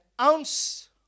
ounce